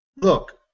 look